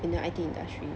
in the I_T industry